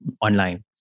online